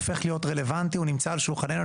הופך להיות רלוונטי והוא נמצא על שולחננו.